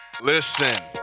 listen